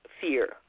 fear